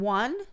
one